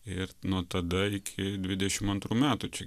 ir nuo tada iki dvidešim antrų metų čia